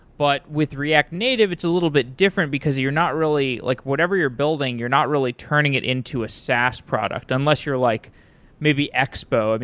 but with react native, it's a little bit different because you're not really like whatever you're building, you're not really turning it into a sas product, unless you're like maybe expo. and